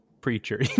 preacher